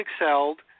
excelled